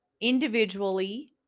individually